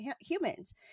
humans